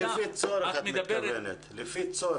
את מתכוונת לפי הצורך.